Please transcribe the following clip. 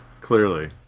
Clearly